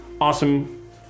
awesome